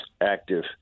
active